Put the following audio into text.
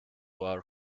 our